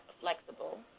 flexible